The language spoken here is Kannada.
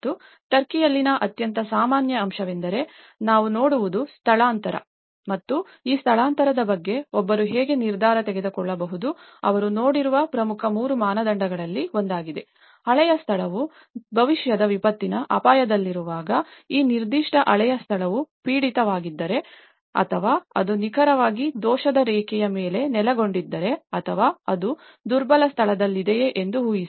ಮತ್ತು ಟರ್ಕಿಯಲ್ಲಿನ ಅತ್ಯಂತ ಸಾಮಾನ್ಯ ಅಂಶವೆಂದರೆ ನಾವು ನೋಡುವುದು ಸ್ಥಳಾಂತರ ಮತ್ತು ಈ ಸ್ಥಳಾಂತರದ ಬಗ್ಗೆ ಒಬ್ಬರು ಹೇಗೆ ನಿರ್ಧಾರ ತೆಗೆದುಕೊಳ್ಳಬಹುದು ಅವರು ನೋಡಿರುವ ಪ್ರಮುಖ ಮೂರು ಮಾನದಂಡಗಳಲ್ಲಿ ಒಂದಾಗಿದೆ ಹಳೆಯ ಸ್ಥಳವು ಭವಿಷ್ಯದ ವಿಪತ್ತಿನ ಅಪಾಯದಲ್ಲಿರುವಾಗ ಆ ನಿರ್ದಿಷ್ಟ ಹಳೆಯ ಸ್ಥಳವು ಪೀಡಿತವಾಗಿದ್ದರೆ ಅಥವಾ ಅದು ನಿಖರವಾಗಿ ದೋಷದ ರೇಖೆಯ ಮೇಲೆ ನೆಲೆಗೊಂಡಿದ್ದರೆ ಅಥವಾ ಅದು ದುರ್ಬಲ ಸ್ಥಳದಲ್ಲಿದೆಯೇ ಎಂದು ಊಹಿಸಿ